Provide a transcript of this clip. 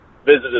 visited